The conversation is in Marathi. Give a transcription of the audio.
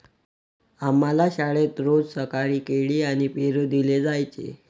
आम्हाला शाळेत रोज सकाळी केळी आणि पेरू दिले जायचे